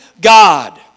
God